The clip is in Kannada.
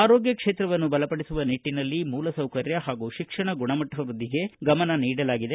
ಆರೋಗ್ಯ ಕ್ಷೇತ್ರವನ್ನು ಬಲಪಡಿಸುವ ನಿಟ್ಟನಲ್ಲಿ ಮೂಲಸೌಕರ್ಯ ಹಾಗೂ ಶಿಕ್ಷಣ ಗುಣಮಟ್ಟ ವೃದ್ಧಿಗೆ ಗಮನ ನೀಡಲಾಗಿದೆ